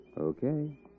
Okay